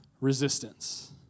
resistance